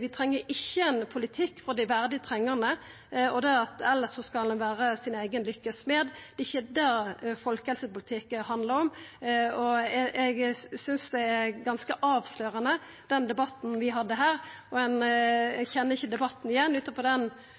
Vi treng ikkje ein politikk for dei verdig trengande – og elles skal ein vera sin eigen lykkes smed. Det er ikkje det folkehelsepolitikk handlar om. Eg synest den debatten vi har hatt her, er ganske avslørande. Eg kjenner ikkje debatten igjen ut frå den debatten vi hadde